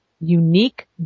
unique